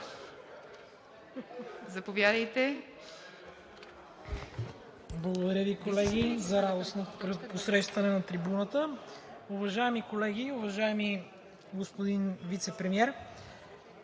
за България): Благодаря Ви, колеги, за радостното посрещане на трибуната. Уважаеми колеги, уважаеми господин Вицепремиер!